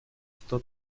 что